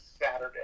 Saturday